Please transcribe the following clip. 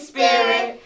Spirit